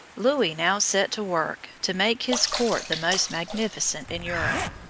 louis now set to work to make his court the most magnificent in europe.